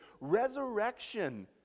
resurrection